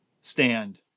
stand